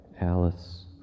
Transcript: Alice